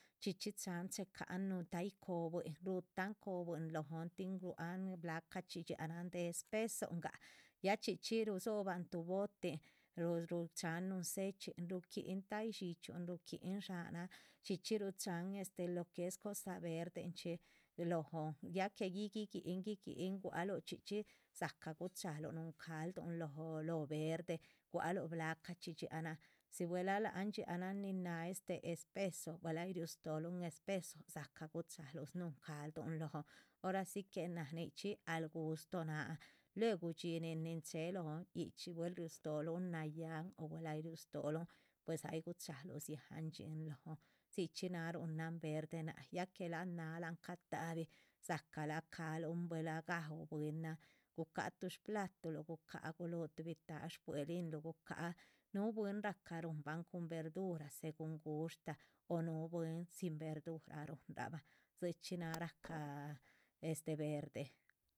Cxhicxhi chan checan tai cobui'in, rutan cobui'in lo'on tin ruan blacachi dxianan de espesunga'a ya xchixchi rusiboban tu boti'in ruchan nun sechi'in ruqui'in thai xhichiun ruquin shanan xchixchi ruchan lo que es cosa verdechi lo'on, ya que guigui'in guigui'in gualu xchixchi sxaca guchalu nun caldu lo verde gualu blacachi dxianan si vuela la'an dxianan nina'a este espeso si vuela hay riustolun espeso saca guchalu snun caldu lo'on hora si que na nixchi al gusto na'an luegu dxhinin nin ché lo'on hidxchi buel riostolun naya'an o vuela hay riustolun pues hay guchalu sxhian dxhin lo'on, sxhichi na'an runa'an verde na'a, ya que la'an na'an lan catabi sxhacala calún vuela ga'hu bwinan guca'a tubi sxhplatulu guca'a gulu tubi tha'a sxpuelinlu guca'a nu bwin raca runraban cun verdura según gushta o nu bwin sin verdura runraban sxhichi na'a raca verde.